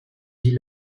dis